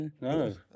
no